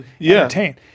entertain